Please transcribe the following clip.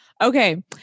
Okay